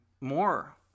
more